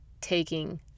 taking